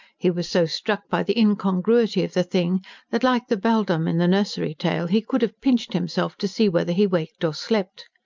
he was so struck by the incongruity of the thing that, like the beldame in the nursery-tale, he could have pinched himself to see whether he waked or slept.